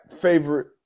favorite